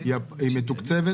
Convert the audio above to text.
היא מתוקצבת,